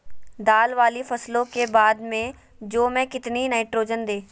दाल वाली फसलों के बाद में जौ में कितनी नाइट्रोजन दें?